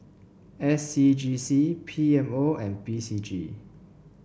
S C G C P M O and P C G